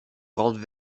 grandes